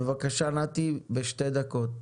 בבקשה נתי, בשתי דקות.